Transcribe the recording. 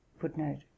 Footnote